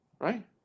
right